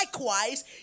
likewise